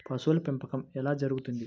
పశువుల పెంపకం ఎలా జరుగుతుంది?